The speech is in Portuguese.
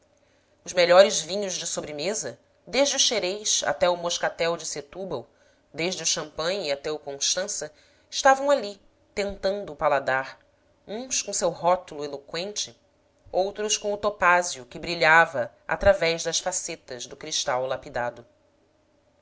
os melhores vinhos de sobremesa desde o xerez até o moscatel de setúbal desde o champanhe até o constança estavam ali tentando o paladar uns com seu rótulo eloqüente outros com o topázio que brilhava através das facetas do cristal lapidado